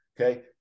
Okay